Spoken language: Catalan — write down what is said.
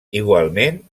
igualment